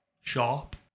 sharp